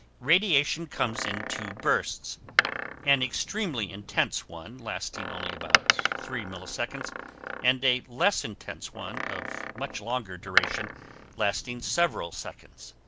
radiation comes in two bursts an extremely intense one lasting only about three milliseconds and a less intense one of much longer duration lasting several seconds.